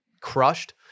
crushed